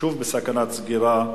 שוב בסכנת סגירה,